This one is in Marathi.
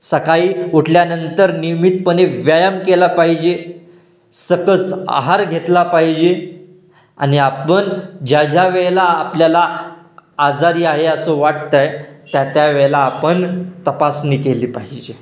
सकाळी उठल्यानंतर नियमितपणे व्यायाम केला पाहिजे सकस आहार घेतला पाहिजे आणि आपण ज्या ज्या वेळेला आपल्याला आजारी आहे असं वाटत आहे त्या त्या वेळेला आपण तपासणी केली पाहिजे